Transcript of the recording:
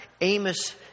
Amos